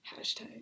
Hashtag